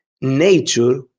nature